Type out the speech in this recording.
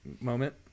moment